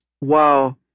wow